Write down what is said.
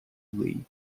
league